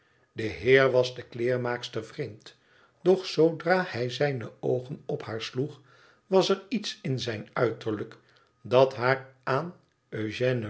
de heer was de kleermaakster vreemd doch zoodra hij zijne oogen op haar sloeg was er iets in zijn uiterlijk dat haar aan